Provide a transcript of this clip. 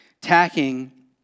Tacking